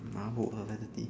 mabuk ah five thirty